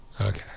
Okay